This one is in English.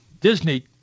Disney